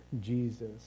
Jesus